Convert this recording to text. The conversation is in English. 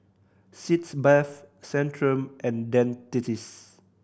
Sitz Bath Centrum and Dentiste